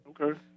Okay